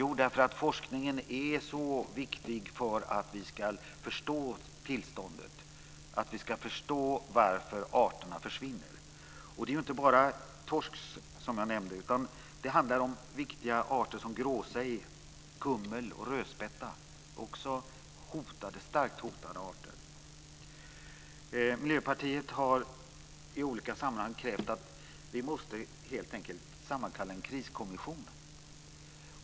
Jo, därför att forskningen är så viktig för att vi ska förstå tillståndet, för att vi ska förstå varför arterna försvinner. Det är inte bara torsk, som jag nämnde, utan det handlar om viktiga arter som gråsej, kummel och rödspätta. Också de starkt hotade arter. Miljöpartiet har i olika sammanhang krävt att vi helt enkelt måste sammankalla en kriskommission.